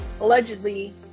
allegedly